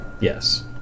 Yes